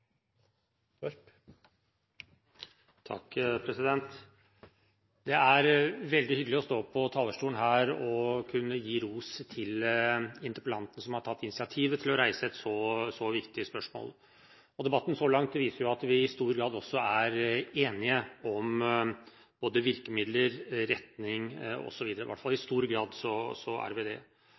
veldig hyggelig å stå på talerstolen her og kunne gi ros til interpellanten som har tatt initiativet til å reise et så viktig spørsmål. Debatten så langt viser jo at vi i stor grad, i hvert fall, er enige om både virkemidler, retning osv. Jeg vil også benytte anledningen til å rose det siste innlegget, fra representanten Chaudhry, som tar opp nettopp det at vi snakker om holdninger. Det